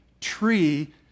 tree